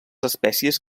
espècies